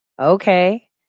Okay